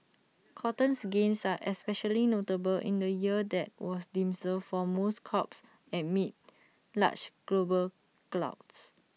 cotton's gains are especially notable in A year that was dismal for most crops amid large global gluts